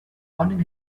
ponen